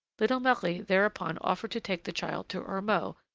little marie thereupon offered to take the child to ormeaux,